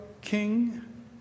king